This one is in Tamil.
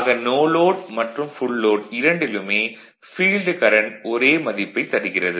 ஆக நோ லோட் மற்றும் ஃபுல் லோட் இரண்டிலுமே ஃபீல்டு கரண்ட் ஒரே மதிப்பைத் தருகிறது